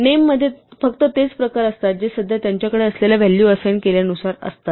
name मध्ये फक्त तेच प्रकार असतात जे सध्या त्यांच्याकडे असलेल्या व्हॅलू असाइन केल्यानुसार असतात